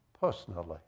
personally